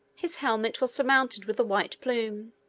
his helmet was surmounted with a white plume.